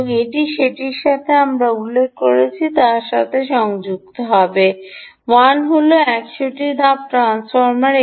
এবং এটি যেটির সাথে আমরা উল্লেখ করেছি তার সাথে সংযুক্ত হতে হবে 1 হল 100 টি ধাপে ট্রান্সফরমার